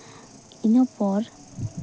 ᱤᱱᱟᱹ ᱯᱚᱨ